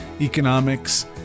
economics